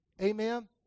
Amen